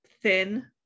thin